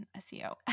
SEO